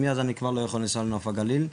מאז אני כבר לא יכול לנסוע לנוף הגליל,